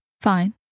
Fine